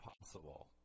possible